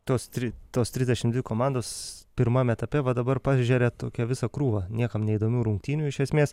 tos try tos trisdešimt dvi komandos pirmam etape va dabar pažeria tokią visą krūvą niekam neįdomių rungtynių iš esmės